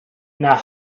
now